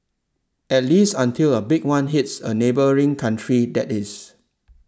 at least until a big one hits a neighbouring country that is